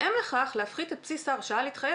ובהתאם לכך להפחית את בסיס ההרשאה להתחייב